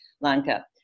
Lanka